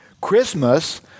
Christmas